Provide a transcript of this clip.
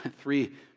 Three